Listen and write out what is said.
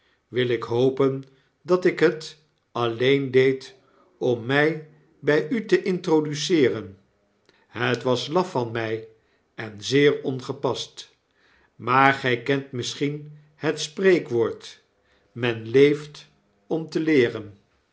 wil ik hopen dat ik het alleen deed om my by u te introduceeren het was laf van my en zeer ongepast maar gy kent misschien het spreekwoord men leeft om te leeren